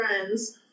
friends